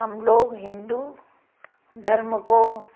हम लोग हिन्दू धर्म को